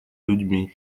людьми